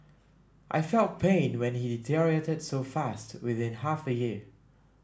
I felt pain when he deteriorated so fast within half a year